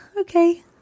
okay